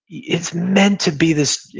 it's meant to be this,